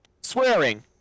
Swearing